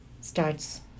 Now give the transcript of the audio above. starts